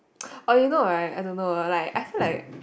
or you know right I don't know like I feel like